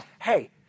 hey